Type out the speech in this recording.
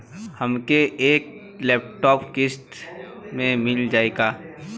हमके एक लैपटॉप किस्त मे मिल जाई का?